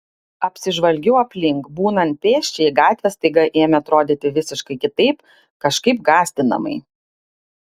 apsižvalgiau aplink būnant pėsčiai gatvės staiga ėmė atrodyti visiškai kitaip kažkaip gąsdinamai